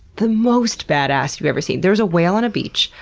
the most badass you've ever seen. there's a whale on a beach.